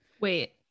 Wait